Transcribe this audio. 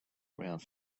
around